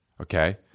okay